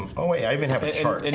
oh wait i even have a chart and